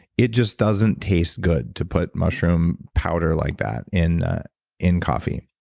it just doesn't taste good to put mushroom powder like that in in coffee.